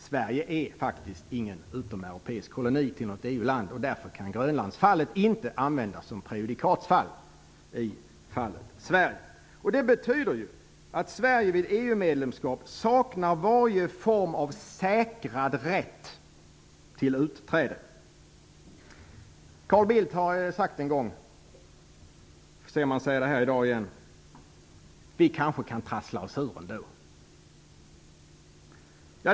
Sverige är faktiskt ingen utomeuropeisk koloni till något EU-land, och därför kan Grönlandsfallet inte användas som prejudikat i fallet Sverige. Det betyder att Sverige vid EU-medlemskap saknar varje form av säkrad rätt till utträde. Carl Bildt har en gång sagt att vi kanske kan trassla oss ur ändå. Vi får se om han säger det här i dag igen.